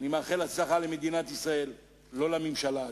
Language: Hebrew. אני מאחל הצלחה למדינת ישראל, לא לממשלה הזאת.